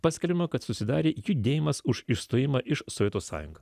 paskelbiama kad susidarė judėjimas už išstojimą iš sovietų sąjungą